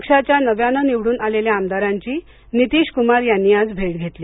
पक्षाच्या नव्यानं निवडून आलेल्या आमदारांची नितीश कुमार यांनी आज भेट घेतली